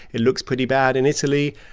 it looks pretty bad in italy.